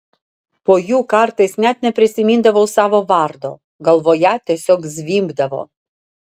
po jų kartais net neprisimindavau savo vardo galvoje tiesiog zvimbdavo